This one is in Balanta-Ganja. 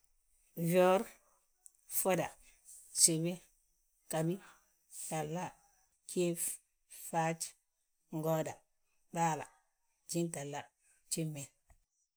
fjoor, ffoda, gsibi, ghabi, gtahla, gjiif, faaj, ngooda, gtahla, gjintahla, gjimin